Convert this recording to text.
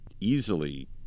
easily